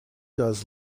does